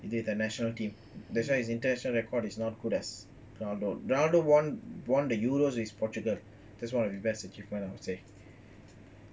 in the national team that's why his international record is not good as ronaldo ronaldo won won the euros with portugal that's one of his best achievement I will say